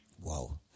Wow